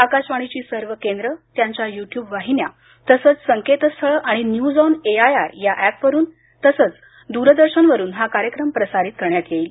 आकाशवाणीची सर्व केंद्र त्यांच्या युट्यूब वाहिन्या तसंच संकेतस्थळ आणि news on A I R या ऍपवरुन आणि दूरदर्शनवरून हा कार्यक्रम प्रसारित करण्यात येईल